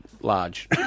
large